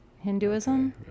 Hinduism